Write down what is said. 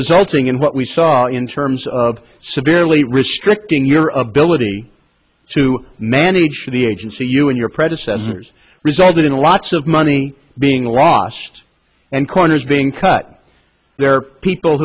resulting in what we saw in terms of severely restricting your ability to manage the agency you and your predecessors resulted in lots of money being lost and corners being cut there are people